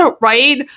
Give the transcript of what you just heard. right